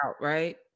right